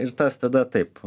ir tas tada taip